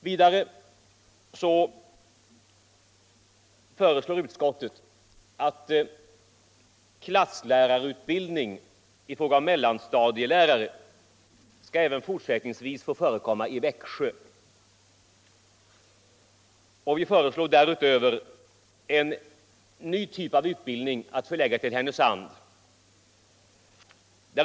Vidare föreslår utskottet att klasslärarutbildning i fråga om mellanstadielärare även fortsättningsvis skall få förekomma i Växjö. Vi föreslår därutöver en ny typ av utbildning att förläggas till Härnösand.